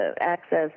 access